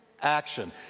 action